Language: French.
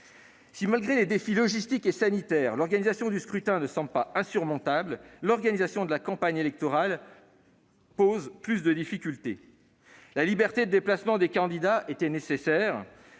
Si, malgré les défis logistiques et sanitaires, l'organisation du scrutin ne semble pas insurmontable, celle de la campagne électorale pose davantage de difficultés. La liberté de déplacement des candidats était nécessaire,